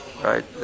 right